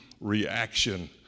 reaction